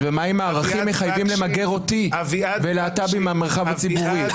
ומה אם הערכים מחייבים למגר אותי ולהט"בים מהמרחב הציבורי?